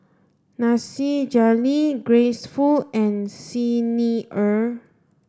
Nasir Jalil Grace Fu and Xi Ni Er